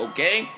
Okay